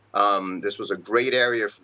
um this was a great area.